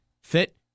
fit